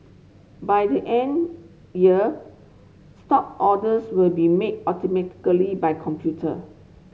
by the end year stock orders will be made automatically by computer